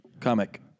comic